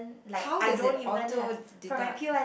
how does it auto deduct